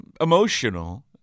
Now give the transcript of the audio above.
emotional